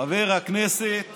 חבר הכנסת